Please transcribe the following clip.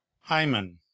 HYMAN